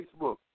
Facebook